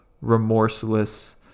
remorseless